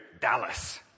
Dallas